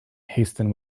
hasten